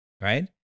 right